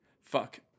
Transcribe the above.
fuck